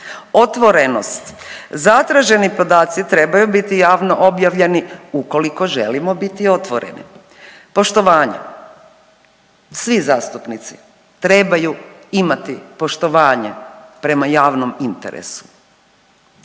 Otvorenost. Zatraženi podaci trebaju biti javno objavljeni ukoliko želimo biti otvoreni. Poštovanje. Svi zastupnici trebaju imati poštovanje prema javnom interesu.